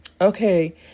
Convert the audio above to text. Okay